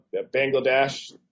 Bangladesh